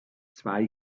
zwei